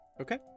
Okay